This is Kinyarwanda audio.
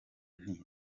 nti